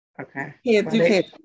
Okay